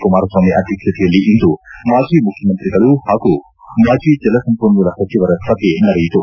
ಕುಮಾರಸ್ವಾಮಿ ಅಧ್ಯಕ್ಷತೆಯಲ್ಲಿಂದು ಮಾಜಿ ಮುಖ್ಯಮಂತ್ರಿಗಳು ಹಾಗೂ ಮಾಜಿ ಜಲಸಂಪನ್ನೂಲ ಸಚಿವರ ಸಭೆ ನಡೆಯಿತು